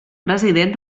president